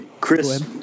Chris